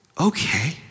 okay